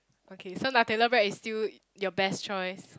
okay so Nutella bread is still your best choice